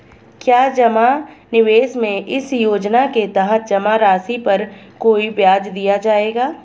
क्या जमा निवेश में इस योजना के तहत जमा राशि पर कोई ब्याज दिया जाएगा?